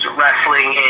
wrestling